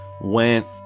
went